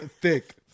thick